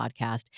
podcast